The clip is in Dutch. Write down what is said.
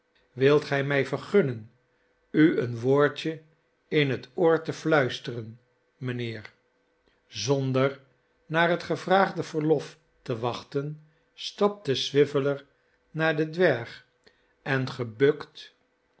wilt ge mij vergunnen u een woordje in het oor te fluisteren mijnheer zonder naar het gevraagde verlof te wachten stapte swiveller naar den dwerg en gebukt